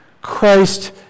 Christ